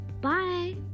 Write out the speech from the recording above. bye